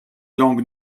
langues